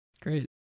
Great